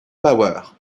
power